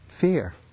fear